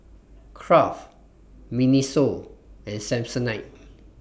Kraft Miniso and Samsonite